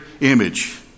image